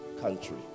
country